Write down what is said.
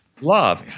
Love